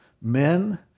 Men